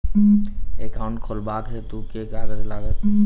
Account खोलाबक हेतु केँ कागज लागत?